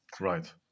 right